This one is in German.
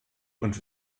und